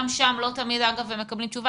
גם שם לא תמיד הם מקבלים תשובה.